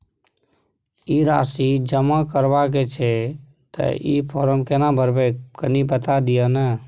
ई राशि जमा करबा के छै त ई फारम केना भरबै, कनी बता दिय न?